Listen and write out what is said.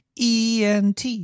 ENT